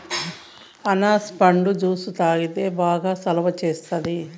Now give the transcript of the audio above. అనాస పండు జ్యుసు తాగితే బాగా సలవ సేస్తాది